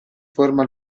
forma